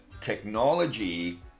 technology